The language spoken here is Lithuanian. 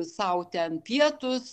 sau ten pietus